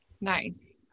Nice